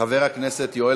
חבר הכנסת יואל